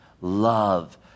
love